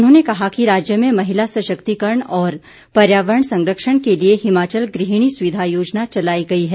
उन्होंने कहा कि राज्य में महिला सशक्तिकरण और पर्यावरण संरक्षण के लिए हिमाचल ग़हिणी सुविधा योजना चलाई गई है